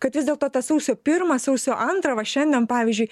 kad vis dėlto tą sausio pirmą sausio antrą va šiandien pavyzdžiui